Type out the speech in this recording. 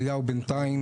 אליהו בינתיים,